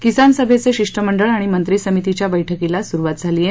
किसान सभेचं शिष्टमंडळ आणि मंत्री समितीच्या बैठकीला सुरुवात झाली आहे